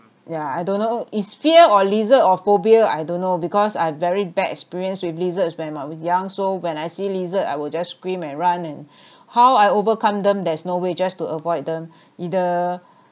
yeah I don't know it's fear of lizard or phobia I don't know because I've very bad experience with lizards when I was young so when I see lizard I will just scream and run and how I overcome them there's no way just to avoid them either